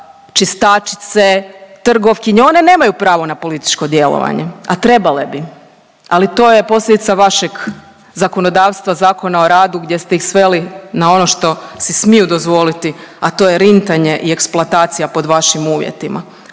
čistačice, trgovkinje one nemaju pravo na političko djelovanje, a trebale bi, ali to je posljedica vašeg zakonodavstva Zakona o radu gdje ste ih sveli na što si smiju dozvoliti, a to je rintanje i eksploatacija pod vašim uvjetima.